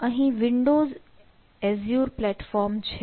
અહીં Windows Azure platform છે